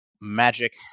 magic